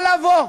אבל לבוא,